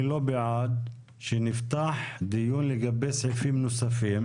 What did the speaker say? אני לא בעד שנפתח דיון לגבי סעיפים נוספים.